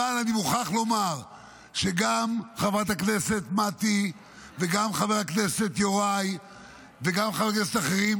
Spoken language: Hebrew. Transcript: אבל אני מוכרח לומר שגם חברת הכנסת מטי וגם יוראי וגם חברי כנסת אחרים,